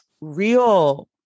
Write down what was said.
real